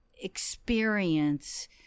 experience